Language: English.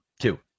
Two